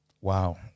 Wow